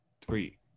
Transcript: three